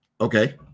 Okay